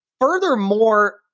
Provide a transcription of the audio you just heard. furthermore